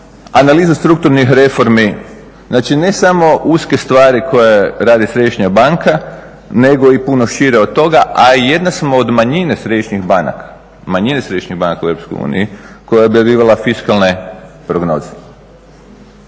analiza strukturnih reformi. Znači, ne samo uske stvari koje radi središnja banka nego i puno šire od toga, a i jedna smo od manjine središnjih banaka u EU koja je objavljivala fiskalne prognoze.